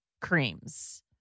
creams